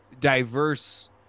diverse